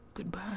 Goodbye